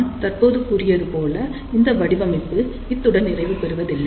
நான் தற்போது கூறியதுபோல் இந்த வடிவமைப்பு இத்துடன் நிறைவு பெறுவதில்லை